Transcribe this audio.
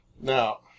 Now